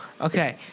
Okay